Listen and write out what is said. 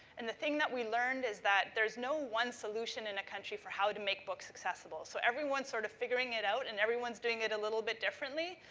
and the thing that we learned is that there's no one solution in a country for how to make books accessible. so, everyone's sort of figuring it out and everyone's doing it a little bit differently,